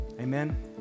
Amen